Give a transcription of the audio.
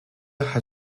hat